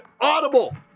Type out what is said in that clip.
Audible